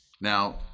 Now